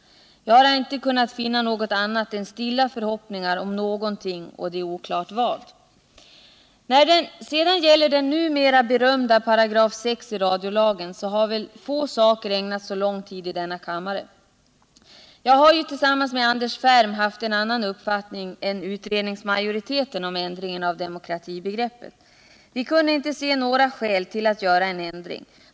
Jag har inte kunnat finna annat än stilla förhoppningar om någonting — och det är oklart vad. När det sedan gäller den numera berömda 6 § i radiolagen så har väl få saker ägnats så lång tid i denna kammare. Jag och Anders Färm har haft en annan uppfattning än utredningsmajoriteten om ändringen av demokratibegreppet. Vi kunde inte se några skäl för att göra en ändring.